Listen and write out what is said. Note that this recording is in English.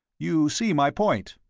you see my point?